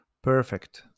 perfect